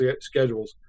schedules